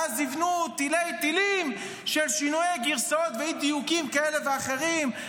ואז הם יבנו תילי-תילים של שינויי גרסאות ואי-דיוקים כאלה אחרים.